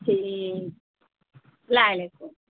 ٹھیک سلام علیکم